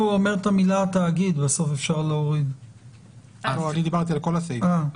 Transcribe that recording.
אני מציע לשים נקודה.